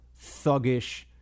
thuggish